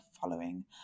following